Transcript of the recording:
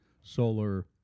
solar